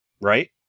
Right